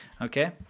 okay